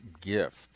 gift